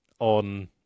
On